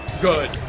Good